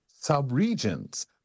subregions